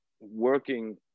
working